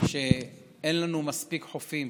שאין לנו מספיק חופים